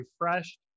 refreshed